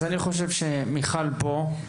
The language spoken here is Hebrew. מיכל כאן.